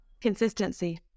Consistency